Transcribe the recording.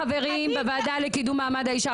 החברים בוועדה לקידום מעמד האישה,